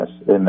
yes